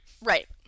Right